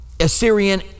Assyrian